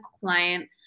client